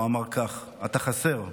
הוא אמר כך: אתה חסר.